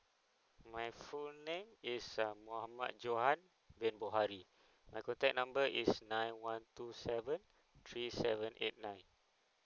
my full name is uh mohamad johan bin bohari my contact number is nine one two seven three seven eight nine